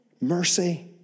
mercy